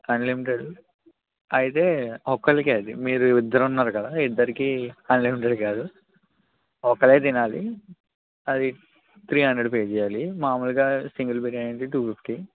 unlimited అయితే ఒక్కరికి అది మీరు ఇద్దరు ఉన్నారు కదా ఇద్దరికి అన్లిమిటెడ్ కాదు ఒకరు తినాలి అది త్రీ హండ్రెడ్ పే చేయాలి మామూలుగా సింగిల్ బిర్యానీ అయితే టూ ఫిఫ్టీ